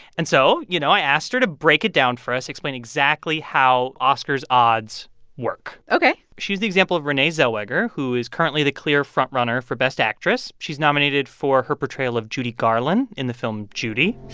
and so, you know, i asked her to break it down for us, explain exactly how oscars odds work ok she used the example of renee zellweger, who is currently the clear front-runner for best actress. she's nominated for her portrayal of judy garland in the film judy.